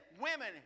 women